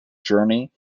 journey